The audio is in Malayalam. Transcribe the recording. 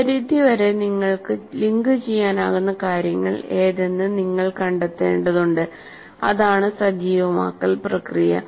ആ പരിധി വരെ നിങ്ങൾക്ക് ലിങ്കുചെയ്യാനാകുന്ന കാര്യങ്ങൾ ഏതെന്ന് നിങ്ങൾ കണ്ടെത്തേണ്ടതുണ്ട് അതാണ് സജീവമാക്കൽ പ്രക്രിയ